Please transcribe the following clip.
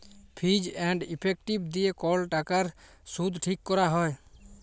fees and effective দিয়ে কল টাকার শুধ ঠিক ক্যরা হ্যয়